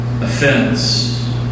offense